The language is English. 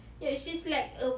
oh punya